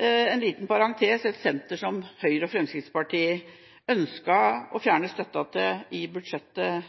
En liten parentes – dette er et senter som Høyre og Fremskrittspartiet ønsket å